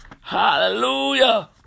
Hallelujah